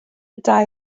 dau